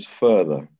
further